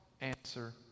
answer